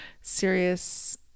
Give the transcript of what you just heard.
serious